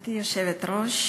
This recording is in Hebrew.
גברתי היושבת-ראש,